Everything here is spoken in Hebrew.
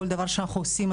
כל דבר שאנחנו עושים,